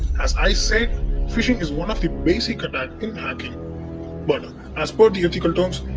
as i said phishing is one of the basic attack in hacking but as per the ethical terms